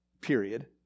period